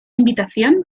invitación